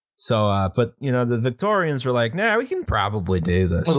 so, but you know the victorians were like, nah, we can probably do this.